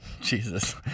Jesus